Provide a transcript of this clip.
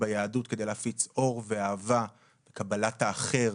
ביהדות כדי להפיץ אור ואהבה וקבלת האחר.